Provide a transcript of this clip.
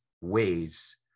ways